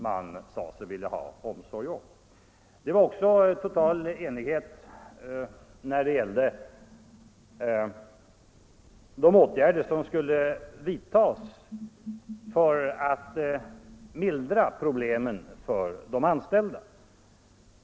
Det rådde också total enighet om de åtgärder som skulle vidtas för att mildra problemen för de anställda.